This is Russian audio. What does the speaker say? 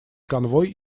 конвой